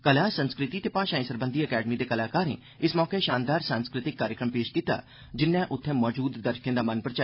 कला संस्कृति ते भाषाएं सरबंधी अकैडमी दे कलाकारें इस मौके शानदार सांस्कृतिक कार्यक्रम पेश कीता जिन्नै उत्थे मौजूद दर्शकें दा मन परचाई लैता